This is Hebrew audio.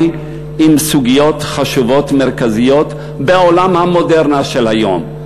לסוגיות חשובות ומרכזיות בעולם המודרני של היום.